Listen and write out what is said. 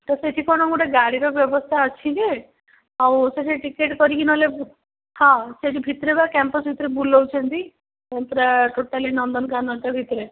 ତ ସେଠି କ'ଣ ଗୋଟେ ଗାଡ଼ିର ବ୍ୟବସ୍ତା ଅଛି ଯେ ଆଉ ସେଠି ଟିକେଟ୍ କରିକି ନହେଲେ ହଁ ସେଠି ଭିତରେ ବା କ୍ୟାମ୍ପସ୍ ଭିତରେ ବୁଲାଉଛନ୍ତି ପୁରା ଟୋଟାଲି ନନ୍ଦନକାନନ୍ଟା ଭିତରେ